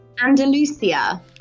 Andalusia